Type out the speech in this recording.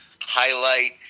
highlight